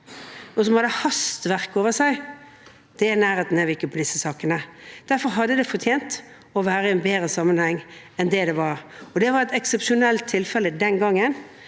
og som hadde hastverk over seg – det er vi ikke i nærheten av i disse sakene. Derfor hadde det fortjent å være i en bedre sammenheng enn det det var. Det var et eksepsjonelt tilfelle den gangen